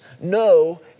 no